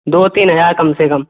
दो तीन हज़ार कम से कम